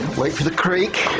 wait for the creak.